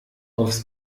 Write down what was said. aufs